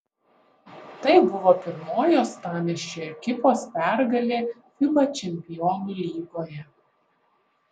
tai buvo pirmoji uostamiesčio ekipos pergalė fiba čempionų lygoje